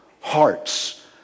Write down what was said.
Hearts